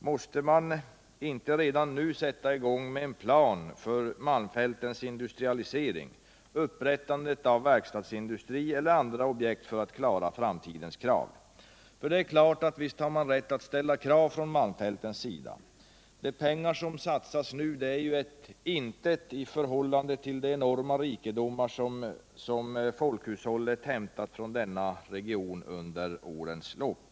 Måste man inte redan nu sätta i gång med en plan för malmfältens industrialisering, upprättandet av verkstadsindustri eller andra objekt för att klara framtidens krav? Visst har man rätt att ställa krav från malmfältens sida. De pengar som nu satsas är ju ett intet i förhållande till de enorma rikedomar som folkhushållet hämtat från denna region under årens lopp.